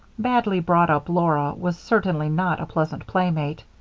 badly-brought-up laura was certainly not a pleasant playmate.